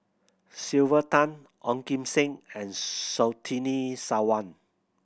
Sylvia Tan Ong Kim Seng and Surtini Sarwan